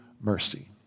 mercy